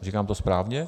Říkám to správně?